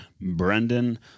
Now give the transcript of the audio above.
Brendan